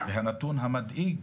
והנתון המדאיג,